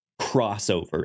crossover